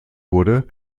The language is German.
wurde